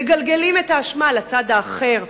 מגלגלים את האחריות לצד האחר,